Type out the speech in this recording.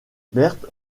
berthe